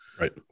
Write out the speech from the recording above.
right